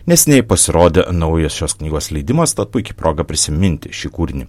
neseniai pasirodė naujas šios knygos leidimas tad puiki proga prisiminti šį kūrinį